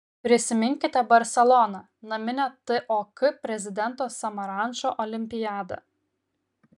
prisiminkime barseloną naminę tok prezidento samarančo olimpiadą